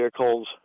vehicles